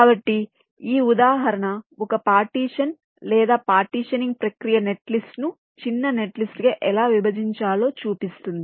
కాబట్టి ఈ ఉదాహరణ ఒక పార్టీషన్ లేదా పార్టీషనింగ్ ప్రక్రియ నెట్లిస్ట్ను చిన్న నెట్లిస్ట్గా ఎలా విభజించాలో చూపిస్తుంది